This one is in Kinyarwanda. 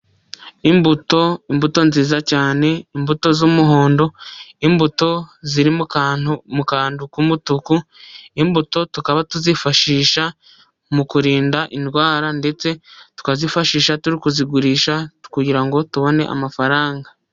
Imbuto, imbuto nziza cyane, imbuto z'umuhondo, imbuto ziri mu kantu k'umutuku, imbuto tukaba tuzifashisha mu kurinda indwara ndetse tukazifashisha turi kuzigurisha, kugirango ngo tubone amafaranga.